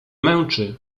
męczy